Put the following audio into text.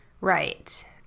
Right